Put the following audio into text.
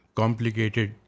complicated